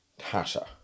Tasha